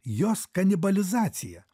jos kanibalizacija